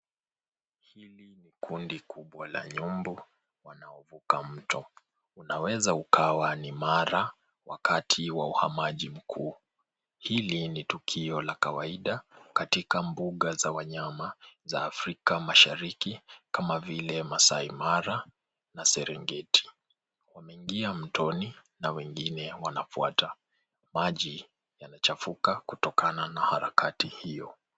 Hili ni kundi kubwa la nyumbu wanaovuka mto. Unaweza ukawa ni Mara wakati wa uhamaji mkuu. Hili ni tukio la kawaida katika mbuga za wanyama za Afrika Mashariki kama vile Maasai Mara na Serengeti. Wanaingia mtoni na wengine wanafuata. Maji yanachafuka kutokana na hiyo.